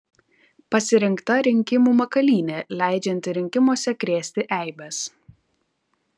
pasirinkta rinkimų makalynė leidžianti rinkimuose krėsti eibes